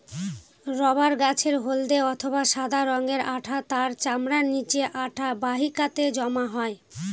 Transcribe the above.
rubber গাছের হল্দে অথবা সাদা রঙের আঠা তার চামড়ার নিচে আঠা বাহিকাতে জমা হয়